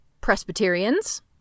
Presbyterians